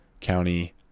county